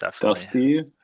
Dusty